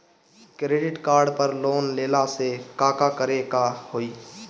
Credit card पर loan लेला से का का करे क होइ?